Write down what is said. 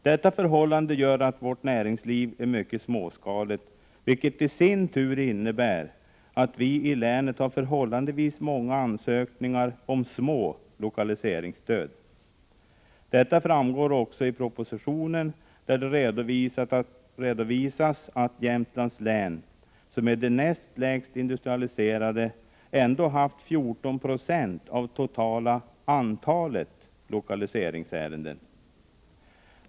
Detta förhållande gör att vårt näringsliv är mycket småskaligt, vilket i sin tur innebär att vi i länet har förhållandevis många ansökningar om små lokaliseringsstöd. Detta framgår också av propositionen, där det redovisas att Jämtlands län, som är det näst lägst industrialiserade, ändå haft 14 96 av totala antalet lokaliseringsärenden.